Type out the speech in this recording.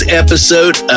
episode